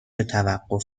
توقف